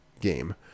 game